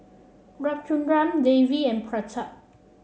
Ramchundra Devi and Pratap